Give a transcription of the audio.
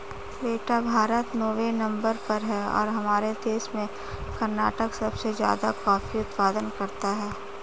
बेटा भारत नौवें नंबर पर है और हमारे देश में कर्नाटक सबसे ज्यादा कॉफी उत्पादन करता है